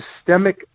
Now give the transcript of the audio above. systemic